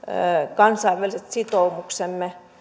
kansainväliset sitoumuksemme